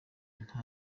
nta